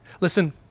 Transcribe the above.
Listen